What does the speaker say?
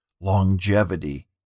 longevity